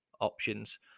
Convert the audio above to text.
options